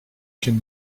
can